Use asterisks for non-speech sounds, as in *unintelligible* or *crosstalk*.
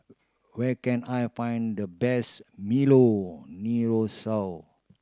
where can I find the best milo *unintelligible*